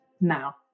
now